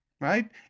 right